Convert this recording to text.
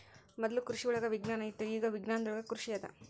ಮೊದ್ಲು ಕೃಷಿವಳಗ ವಿಜ್ಞಾನ ಇತ್ತು ಇಗಾ ವಿಜ್ಞಾನದೊಳಗ ಕೃಷಿ ಅದ